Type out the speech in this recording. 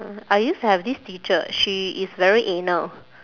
I used to have this teacher she is very anal